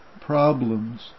problems